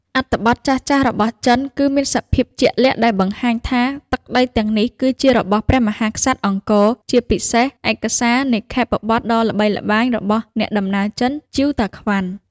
អត្ថបទចាស់ៗរបស់ចិន គឺមានសភាពជាក់លាក់ដែលបង្ហាញថា ទឹកដី ទាំងនេះគឺជារបស់ព្រះមហាក្សត្រអង្គរ ជាពិសេសឯកសារនិក្ខេបបទដ៏ល្បីល្បាញ របស់អ្នកដំណើរចិន ជៀវតាក្វាន់ ។